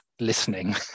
listening